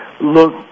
look